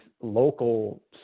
local